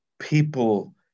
people